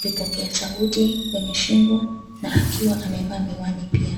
vipokea sauti kwenye shingo, na akiwa amevaa miwani pia.